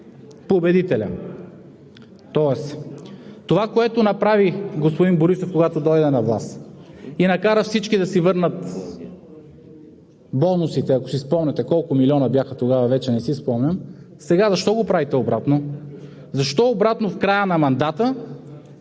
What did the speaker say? победителя! Това, което направи господин Борисов, когато дойде на власт и накара всички да си върнат бонусите, ако си спомняте – колко милиона бяха тогава, вече не си спомням. Сега защо го правите обратно? Защо обратно в края на мандата,